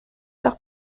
وقت